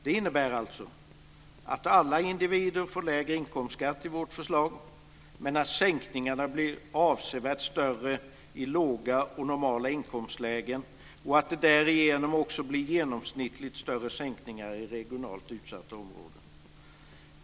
Det innebär alltså att alla individer får lägre inkomstskatt med vårt förslag, men att sänkningarna blir avsevärt större i låga och normala inkomstlägen och att det därigenom också blir genomsnittligt större sänkningar i regionalt utsatta områden.